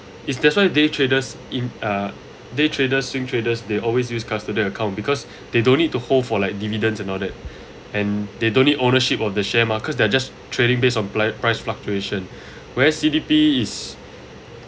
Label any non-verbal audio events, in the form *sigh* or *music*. it's definitely day traders in a day traders swing traders they always use custodian account because *breath* they don't need to hold for like dividends and all that and they don't need ownership of the share markets they're just trading based on pri~ price fluctuation whereas C_D_P is